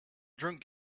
drunk